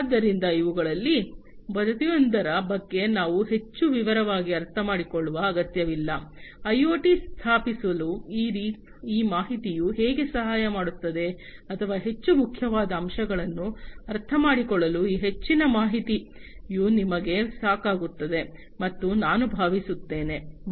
ಆದ್ದರಿಂದ ಇವುಗಳಲ್ಲಿ ಪ್ರತಿಯೊಂದರ ಬಗ್ಗೆ ನಾವು ಹೆಚ್ಚು ವಿವರವಾಗಿ ಅರ್ಥಮಾಡಿಕೊಳ್ಳುವ ಅಗತ್ಯವಿಲ್ಲ ಐಒಟಿ ಸ್ಥಾಪಿಸಲು ಈ ಮಾಹಿತಿಯು ಹೇಗೆ ಸಹಾಯ ಮಾಡುತ್ತದೆ ಅಥವಾ ಹೆಚ್ಚು ಮುಖ್ಯವಾದ ಅಂಶಗಳನ್ನು ಅರ್ಥಮಾಡಿಕೊಳ್ಳಲು ಈ ಹೆಚ್ಚಿನ ಮಾಹಿತಿಯು ನಿಮಗೆ ಸಾಕಾಗುತ್ತದೆ ಎಂದು ನಾನು ಭಾವಿಸುತ್ತೇನೆ